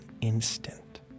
instant